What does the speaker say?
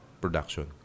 production